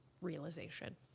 realization